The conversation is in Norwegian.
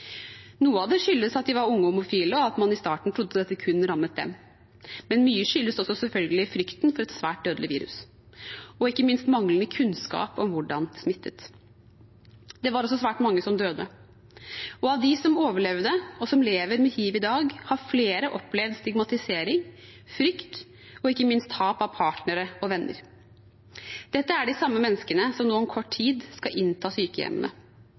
Noe av det skyldtes at de var unge homofile, og at man i starten trodde dette kun rammet dem, men mye skyldtes også selvfølgelig frykten for et svært dødelig virus og ikke minst manglende kunnskap om hvordan det smittet. Det var også svært mange som døde. Av dem som overlevde, og som lever med hiv i dag, har flere opplevd stigmatisering, frykt og ikke minst tap av partnere og venner. Dette er de samme menneskene som nå om kort tid skal innta sykehjemmene,